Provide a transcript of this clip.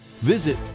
visit